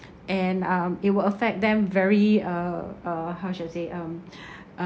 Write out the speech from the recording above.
and um it will affect them very uh uh how should I say um